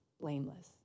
blameless